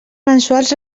mensuals